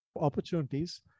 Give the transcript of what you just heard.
opportunities